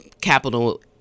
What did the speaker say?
capital